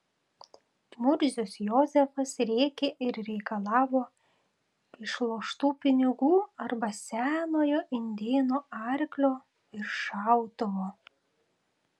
murzius jozefas rėkė ir reikalavo išloštų pinigų arba senojo indėno arklio ir šautuvo